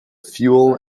fuel